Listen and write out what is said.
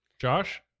josh